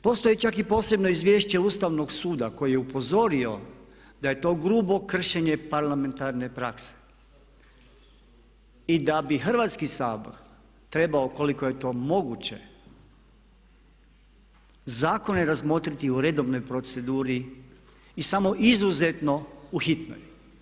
Postoje čak i posebna izvješća Ustavnog suda koji je upozorio da je to grubo kršenje parlamentarne prakse i da bi Hrvatski sabor trebao ukoliko je to moguće zakone razmotriti u redovnoj proceduri i samo izuzetno u hitnoj.